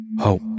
Hope